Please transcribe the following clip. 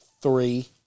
three